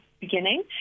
beginning